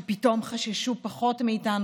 שפתאום פחות חששו מאיתנו,